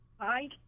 Hi